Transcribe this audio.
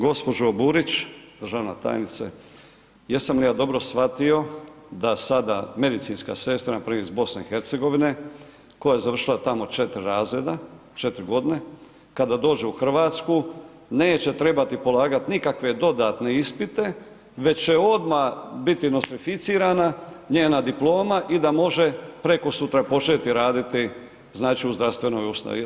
Gospođo Burić, državna tajnice, jesam li ja dobro shvatio da sada medicinska sestra npr. iz BiH koja je završila tamo 4 razreda, 4 godine, kada dođe u Hrvatsku neće trebati polagati nikakve dodatne ispite već će odmah biti nostrificirana njena diploma i da može prekosutra početi raditi znači u zdravstvenoj ustanovi.